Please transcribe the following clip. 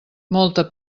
molta